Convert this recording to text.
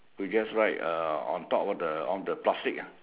you just write uh on top of the on the plastic ah